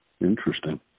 interesting